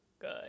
good